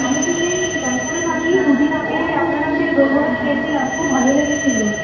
আমি তো সেই বার্ণপুরে থাকি দু দিন আগে আপনার কাছে থেকে দই বড়া খেয়েছিলাম খুব ভালো লেগেছিলো